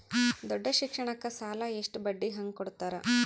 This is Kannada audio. ದೊಡ್ಡ ಶಿಕ್ಷಣಕ್ಕ ಸಾಲ ಎಷ್ಟ ಬಡ್ಡಿ ಹಂಗ ಕೊಡ್ತಾರ?